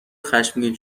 خشمگین